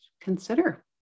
consider